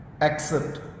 accept